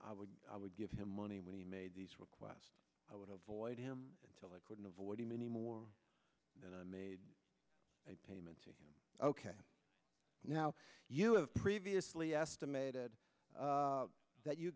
i would i would give him money when he made these requests i would avoid him until i couldn't avoid him any more than i made a payment to him ok now you have previously estimated that you